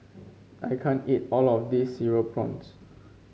I can't eat all of this Cereal Prawns